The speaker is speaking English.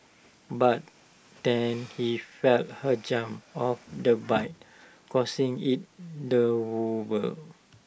but then he felt her jump off the bike causing IT to wobble